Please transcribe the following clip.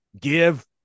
give